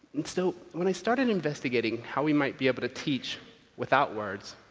so, when i started investigating how we might be able to teach without words,